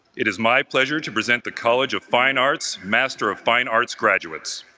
it is my pleasure to present the college of fine arts master of fine arts graduates